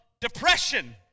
depression